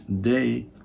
day